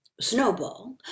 Snowball